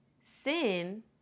sin